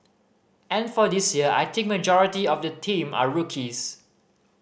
and for this year I think majority of the team are rookies